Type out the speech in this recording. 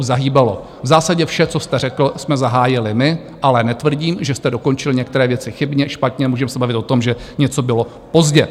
V zásadě vše, co jste řekl, jsme zahájili my, ale netvrdím, že jste dokončil některé věci chybně, špatně, můžeme se bavit o tom, že něco bylo pozdě.